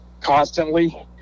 constantly